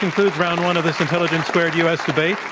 concludes round one of this intelligence squared u. s. debate,